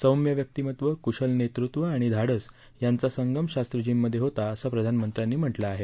सौम्य व्यक्तीमत्व कुशल नेतृत्व आणि धाडस यांचा संगम शास्त्रीजींमध्ये होता असं प्रधानमंत्र्यांनी म्हटलं आहे